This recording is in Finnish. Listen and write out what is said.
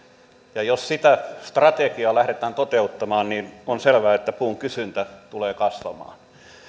ja jos sitä strategiaa lähdetään toteuttamaan niin on selvää että puun kysyntä tulee kasvamaan